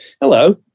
Hello